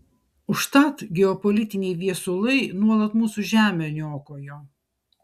užtat geopolitiniai viesulai nuolat mūsų žemę niokojo